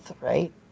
right